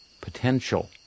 potential